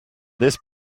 this